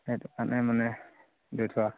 সেইটো কাৰণে মানে দি থোৱা